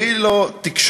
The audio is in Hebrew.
הכי לא תקשורתיים.